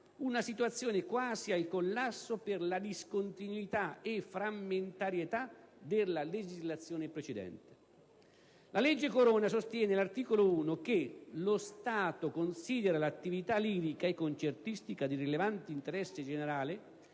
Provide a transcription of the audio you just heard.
una situazione quasi al collasso per la discontinuità e frammentarietà della legislazione precedente. La legge Corona, all'articolo 1, sostiene che «lo Stato considera l'attività lirica e concertistica di rilevante interesse generale,